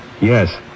Yes